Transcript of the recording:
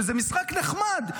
שזה משחק נחמד.